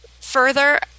further